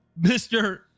mr